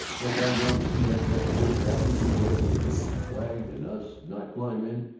think i'm going to see that bunch of holy grafters get away with the swag and us not climb in?